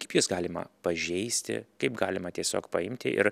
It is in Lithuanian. kaip juos galima pažeisti kaip galima tiesiog paimti ir